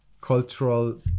cultural